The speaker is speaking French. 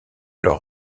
leur